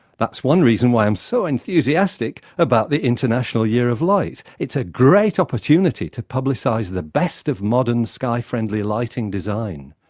that's one reason why i'm so enthusiastic about the international year of light it's a great opportunity to publicise the best of modern sky-friendly lighting design.